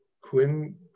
Quinn